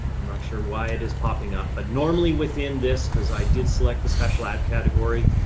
i'm not sure why it is popping up, but normally within this, cause i did select a special ad category.